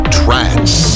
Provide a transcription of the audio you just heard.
trance